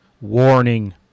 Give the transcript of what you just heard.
Warning